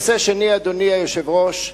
הנושא השני, אדוני היושב-ראש,